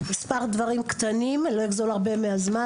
מספר דברים קטנים, לא אגזול הרבה מהזמן.